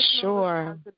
sure